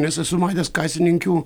nes esu matęs kasininkių